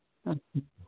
ᱟᱪᱪᱷᱟ